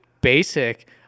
basic